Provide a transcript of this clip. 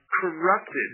corrupted